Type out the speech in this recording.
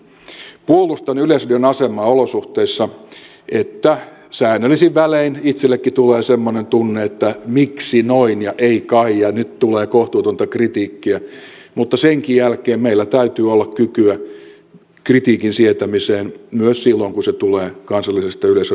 puolustan yleisradion asemaa olosuhteissa joissa säännöllisin välein itsellekin tulee semmoinen tunne että miksi noin ja ei kai ja nyt tulee kohtuutonta kritiikkiä mutta senkin jälkeen meillä täytyy olla kykyä kritiikin sietämiseen myös silloin kun se tulee kansallisesta yleisradioyhtiöstä